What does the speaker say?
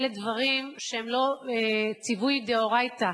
אלה דברים שהם לא ציווי דאורייתא.